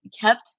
kept